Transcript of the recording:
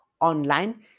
online